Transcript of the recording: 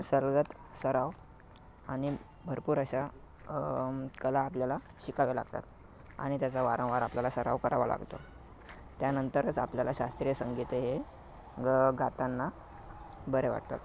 सर्वगत सराव आणि भरपूर अशा कला आपल्याला शिकाव्या लागतात आणि त्याचा वारंवार आपल्याला सराव करावा लागतो त्यानंतरच आपल्याला शास्त्रीय संगीत हे ग गाताना बरे वाटतात